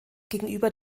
gegenüber